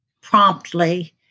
promptly